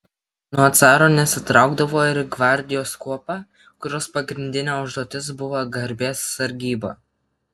nuo caro nesitraukdavo ir gvardijos kuopa kurios pagrindinė užduotis buvo garbės sargyba